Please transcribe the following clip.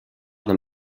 them